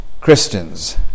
Christians